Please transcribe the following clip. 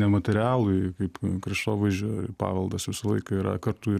nematerialųjį kaip kraštovaizdžio paveldas visą laiką yra kartu ir